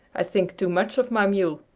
i think too much of my mule!